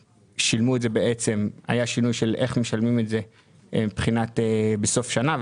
היה שינוי של איך משלמים את זה בסוף שנה,